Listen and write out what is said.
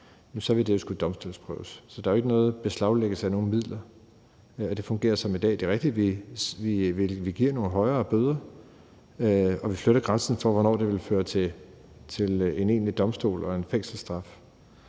nej, vil det skulle domstolsprøves, så der er ikke nogen beslaglæggelse af nogen midler. Det fungerer som i dag. Det er rigtigt, at vi giver nogle højere bøder og vi flytter grænsen for, hvornår det vil føre til en egentlig domstol og en fængselsstraf.